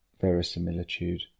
verisimilitude